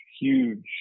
huge